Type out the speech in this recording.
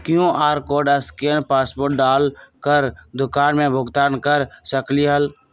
QR code scan password डाल कर दुकान में भुगतान कर सकलीहल?